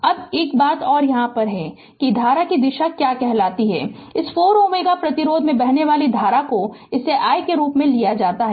अब एक और बात यह है कि धारा की दिशा क्या कहलाती है इस 4Ω प्रतिरोध से बहने वाली धारा को इसे i के रूप में लिया जाता है